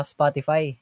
Spotify